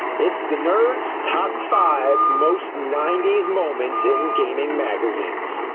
it's the nerd's top five most ninety s moments in gaming magazines!